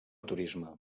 turisme